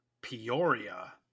peoria